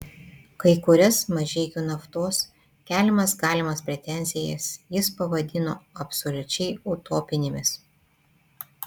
kai kurias mažeikių naftos keliamas galimas pretenzijas jis pavadino absoliučiai utopinėmis